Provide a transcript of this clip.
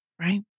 Right